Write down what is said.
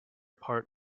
part